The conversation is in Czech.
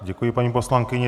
Děkuji paní poslankyni.